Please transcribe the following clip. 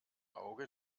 auge